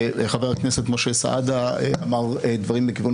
וחבר הכנסת משה סעדה אמר דברים בכיוון